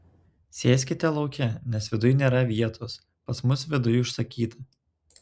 sėskit lauke nes viduj nėra vietos pas mus viduj užsakyta